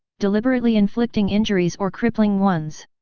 deliberately inflicting injuries or crippling ones?